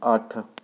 ਅੱਠ